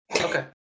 Okay